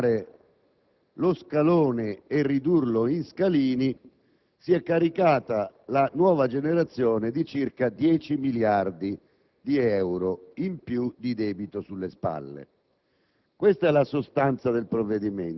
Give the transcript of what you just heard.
per spalmare lo scalone e ridurlo in scalini si è caricata la nuova generazione di circa 10 miliardi di euro in più di debito sulle spalle.